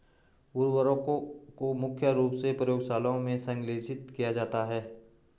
उर्वरकों को मुख्य रूप से प्रयोगशालाओं में संश्लेषित किया जाता है